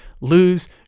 lose